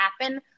happen